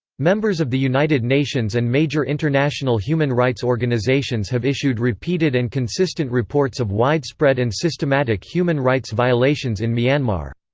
members of the united nations and major international human rights organisations have issued repeated and consistent reports of widespread and systematic human rights violations in myanmar.